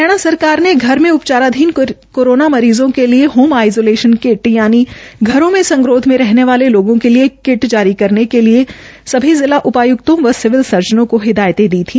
हरियाणा सरकार ने घर में उपचाराधीन कोरोना मरीज़ों के लिए होम आईसोलेशन क्टि यानि घरों में संगरोध में रहने वालो के लिए किट जारी करने के लिए सभी जिला उपायक्तों व सिविल सर्जनों को हिदायतें दी थी